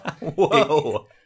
whoa